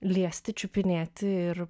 liesti čiupinėti ir